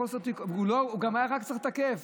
הוא גם היה צריך רק לתקף,